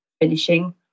finishing